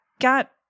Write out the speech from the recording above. got